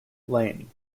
lane